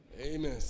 Amen